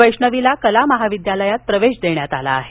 वैष्णवीला कला महाविद्यालयात प्रवेश देण्यात आला आहे